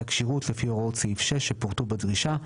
הכשירות לפי הוראות סעיף 6 שפורטו בדרישה --- סליחה,